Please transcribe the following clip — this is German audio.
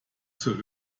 zur